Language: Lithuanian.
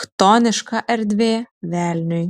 chtoniška erdvė velniui